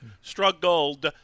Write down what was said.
struggled